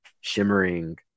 shimmering